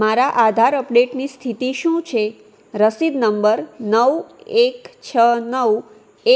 મારા આધાર અપડેટની સ્થિતિ શું છે રસીદ નંબર નવ એક છ નવ